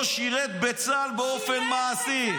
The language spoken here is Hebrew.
לא שירת בצה"ל באופן מעשי.